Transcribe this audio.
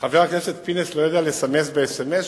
חבר הכנסת פינס לא יודע לסמס באס.אם.אס,